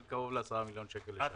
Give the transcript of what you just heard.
של קרוב ל-10 מיליון שקל בשנה.